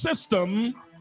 system